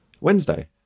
wednesday